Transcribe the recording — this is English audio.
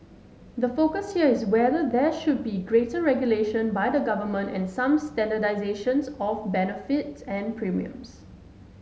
the focus here is whether there should be greater regulation by the government and some standardisation of benefits and premiums